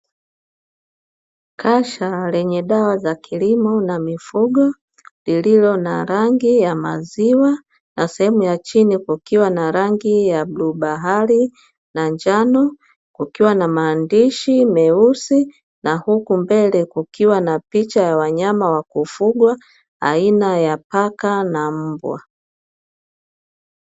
Kasha lenye dawa za kilimo na mifugo lilo na rangi ya maziwa na sehemu ya chini kukiwa na rangi ya bluu bahari na njano, kukiwa na maandishi meusi na huku mbele kukiwa na picha ya wanyama wa kufugwa aina ya paka na mbwa.